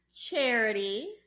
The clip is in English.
Charity